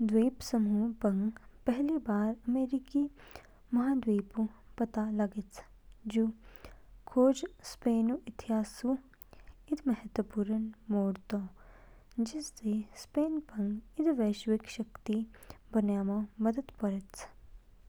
द्वीपसमूह पंग पहली बार अमेरिकी महाद्वीपऊ पता लान्च। जू खोज स्पेनऊ इतिहासऊ इद महत्वपूर्ण मोड़ तो, जिसने स्पेन पंग इद वैश्विक शक्ति बन्यामो मदद परेच।